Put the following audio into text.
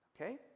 okay